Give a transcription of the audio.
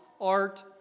art